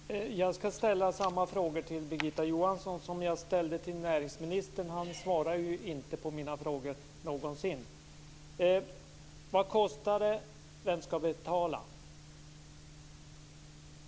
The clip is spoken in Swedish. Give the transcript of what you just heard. Fru talman! Jag skall ställa samma frågor till Birgitta Johansson som jag ställde till näringsministern. Han svarar ju inte på mina frågor någonsin. Vad kostar det? Vem skall betala?